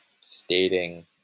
stating